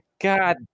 god